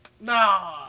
No